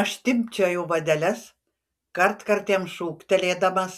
aš timpčiojau vadeles kartkartėm šūktelėdamas